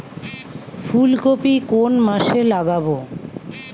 ফুলকপি কোন মাসে লাগাবো?